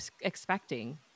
expecting